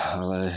ale